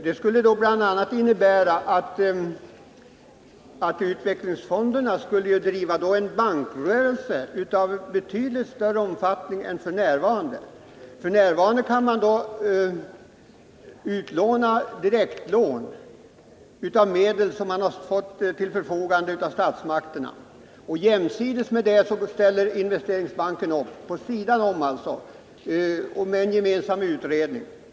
Det skulle — Medelstillskott till innebära att utvecklingsfonderna skulle bedriva en bankrörelse av betydligt större omfattning än den de nu har. F. n. kan de ge direktlån av medel som ställts till förfogande av statsmakterna. Jämsides därmed ställer Investeringsbanken upp, och man gör en gemensam utredning.